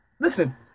listen